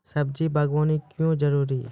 सब्जी बागवानी क्यो जरूरी?